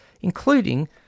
including